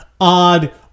odd